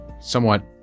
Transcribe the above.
somewhat